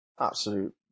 absolute